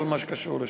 כל מה שקשור לשם.